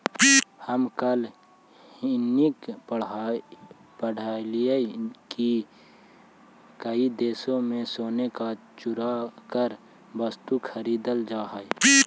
हम कल हिन्कि पढ़लियई की कई देशों में सोने का चूरा देकर वस्तुएं खरीदल जा हई